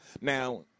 Now-